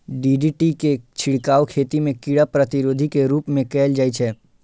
DDT के छिड़काव खेती मे कीड़ा प्रतिरोधी के रूप मे कैल जाइ छै